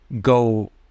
go